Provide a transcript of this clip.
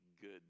good